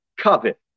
covet